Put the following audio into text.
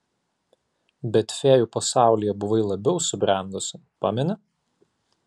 bet fėjų pasaulyje buvai labiau subrendusi pameni